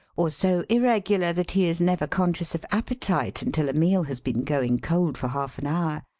or so irregular that he is never con scious of appetite until a meal has been going cold for half an hour.